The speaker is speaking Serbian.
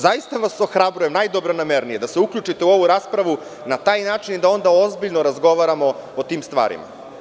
Zaista vas ohrabrujem, najdobronamernije, da se uključite u ovu raspravu na taj način da onda ozbiljno razgovaramo o tim stvarima.